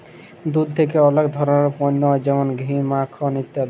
দুধ থেক্যে অলেক ধরলের পল্য হ্যয় যেমল ঘি, মাখল ইত্যাদি